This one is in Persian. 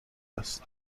است